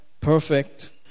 Perfect